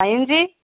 ஆ இஞ்சி